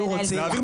או לנהל שיח,